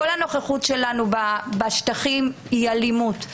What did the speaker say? כל הנוכחות שלנו בשטחים היא אלימות,